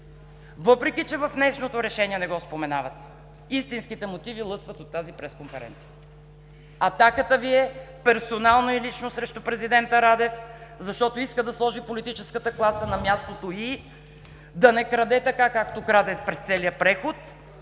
Въпреки че в днешното решение не го споменавате, истинските мотиви лъсват от тази пресконференция. Атаката Ви е персонално и лично срещу президента Радев, защото иска да сложи политическата класа на мястото й, да не краде така, както краде през целия преход,